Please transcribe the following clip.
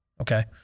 Okay